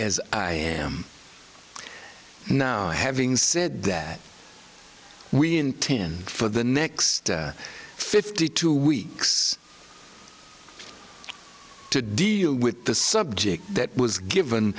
as i am now having said that we intend for the next fifty two weeks to deal with the subject that was given